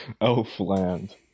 Elfland